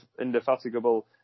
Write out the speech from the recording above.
indefatigable